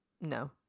No